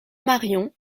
marion